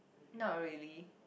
not really